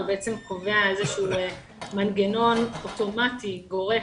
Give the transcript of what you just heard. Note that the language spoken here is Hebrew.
הוא קובע איזשהו מנגנון אוטומטי, גורף,